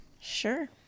Sure